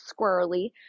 squirrely